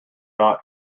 not